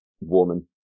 woman